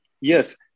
Yes